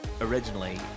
originally